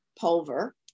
Pulver